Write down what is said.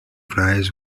fliers